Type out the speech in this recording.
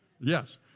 yes